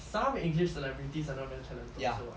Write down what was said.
some english celebrities are not very talented also [what]